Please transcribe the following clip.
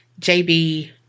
JB